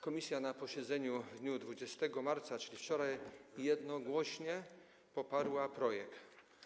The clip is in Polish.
Komisja na posiedzeniu w dniu 20 marca, czyli wczoraj, jednogłośnie poparła projekt.